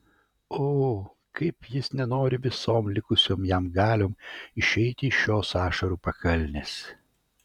o kaip jis nenori visom likusiom jam galiom išeiti iš šios ašarų pakalnės